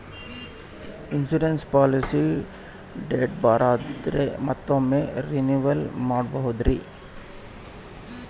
Insurance policy date bar ಆದರೆ ಮತ್ತೊಮ್ಮೆ renewal ಮಾಡಬಹುದ್ರಿ?